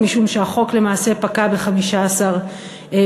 משום שהחוק למעשה פקע ב-15 בחודש,